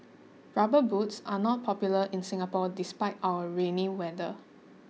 rubber boots are not popular in Singapore despite our rainy weather